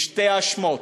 בשתי האשמות: